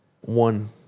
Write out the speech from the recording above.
One